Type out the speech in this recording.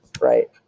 right